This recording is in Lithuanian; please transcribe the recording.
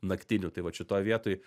naktinių tai vat šitoj vietoj